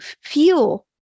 feel